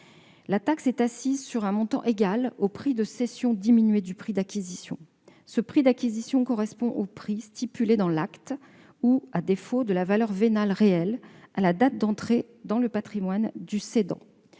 La taxe est assise sur un montant égal au prix de cession diminué du prix d'acquisition. Ce prix d'acquisition correspond au prix stipulé dans l'acte ou, à défaut, à la valeur vénale réelle à la date d'entrée dans le patrimoine du cédant.